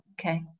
okay